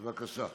בבקשה.